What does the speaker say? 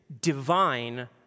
divine